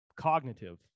cognitive